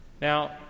Now